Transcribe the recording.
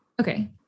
Okay